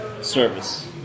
Service